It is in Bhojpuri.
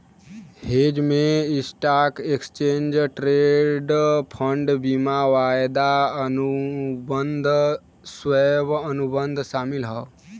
हेज में स्टॉक, एक्सचेंज ट्रेडेड फंड, बीमा, वायदा अनुबंध, स्वैप, अनुबंध शामिल हौ